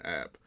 app